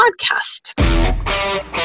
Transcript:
podcast